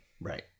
right